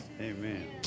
Amen